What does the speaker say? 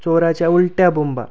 चोराच्या उलट्या बोंबा